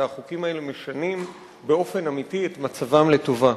שהחוקים האלה משנים באופן אמיתי את מצבם לטובה.